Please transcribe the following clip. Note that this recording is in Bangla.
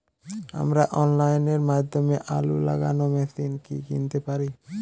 আমরা অনলাইনের মাধ্যমে আলু লাগানো মেশিন কি কিনতে পারি?